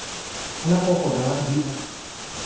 ᱚᱱᱟ ᱠᱚ ᱠᱚᱰᱟᱲᱟᱜ ᱦᱩᱭᱩᱜᱼᱟ